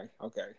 Okay